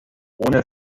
ohne